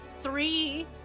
three